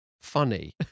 funny